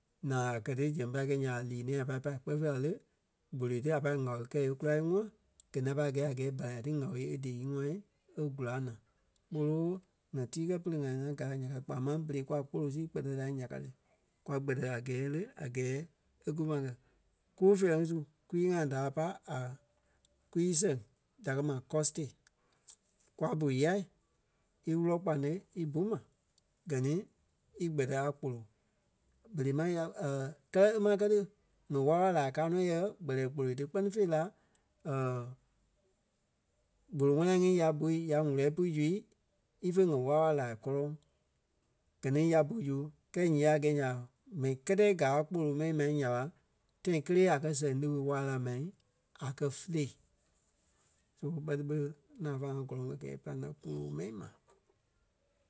naa a kɛ̀ ti zɛŋ pai kɛi nya ɓa lîi-nɛ̃ɛ a pai pâi kpɛɛ fêi la le, gboloi ti a pâi ŋáɔ kɛ e kula íŋua gɛ ni a pai gɛ́ a gɛɛ balai ti ŋáɔ e dee íŋua e gùla naa. Kpolo ŋa tii kɛ pere ŋa ŋá gaa nya ka ti. Kpaa máŋ berei kwa kpolo sii kpɛtɛ la nya ka ti. Kwa gbɛtɛ a gɛɛ le, a gɛɛ e kú ma kɛ. Kuu feerɛ ŋí su kwii-ŋai da pai a kwii sɛŋ da kɛ́ ma caustic. Kwa bú yái í wulɔ kpâne í bu ma gɛ ni í gbɛtɛ a kpolo. Berei maŋ ya kɛ́lɛ e máŋ kɛ ti ŋ̀ɔ wála-wala laa káa nɔ yɛ kpɛlɛɛ kpolo ti kpɛ́ni fêi la kpolo ŋwana ŋí ya bui ya ŋ̀úlɔi pui zui ífe ŋ̀ɔ wála-wala laa kɔlɔŋ. Gɛ ni ya bu zu kɛɛ nyii ya gɛi nya ɓa, m̀ɛnii kɛtɛi gaa kpolo mɛni mɛi nya ɓa, tãi kélee a kɛ̀ sɛŋ líɓi waa la mai a kɛ̀ fî-le. So bɛ ti ɓé naa fáa ŋa gɔlɔŋ a gɛɛ e pîlaŋ la kpolo mɛni ma.